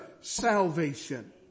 salvation